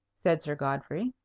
said sir godfrey.